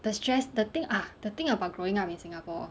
the stress the thing ah the thing about growing up in singapore